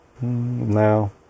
Now